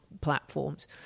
platforms